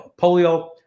polio